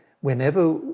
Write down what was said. whenever